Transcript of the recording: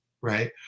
right